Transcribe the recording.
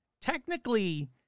Technically